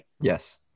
Yes